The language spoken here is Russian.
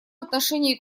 отношении